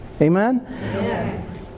Amen